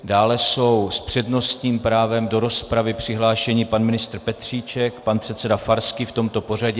Dále jsou s přednostním právem do rozpravy přihlášeni pan ministr Petříček, pan předseda Farský, v tomto pořadí.